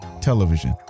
television